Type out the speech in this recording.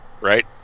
right